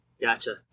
Gotcha